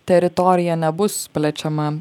teritorija nebus plečiama